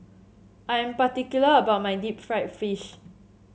I am particular about my Deep Fried Fish